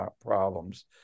problems